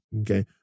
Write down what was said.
Okay